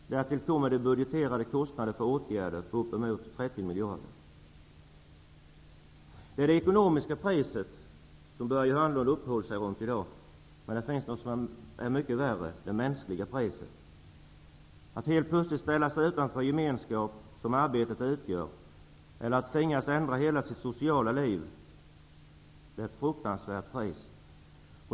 Därtill kommer de budgeterade kostnaderna för åtgärderna på uppemot 30 Detta är det ekonomiska priset som Börje Hörnlund uppehöll sig vid i dag, men det mänskliga är mycket värre. Att helt plötsligt ställas utanför den genenskap som arbetet utgör, eller att tvingas ändra sitt sociala liv, är ett fruktansvärt pris.